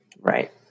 right